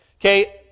Okay